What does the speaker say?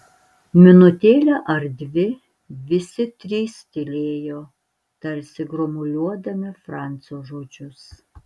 minutėlę ar dvi visi trys tylėjo tarsi gromuliuodami francio žodžius